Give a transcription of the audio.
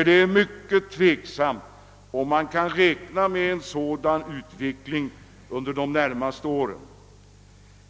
är det mycket ovisst om man kan räkna med en sådan utveckling under de närmaste åren.